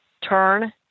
turn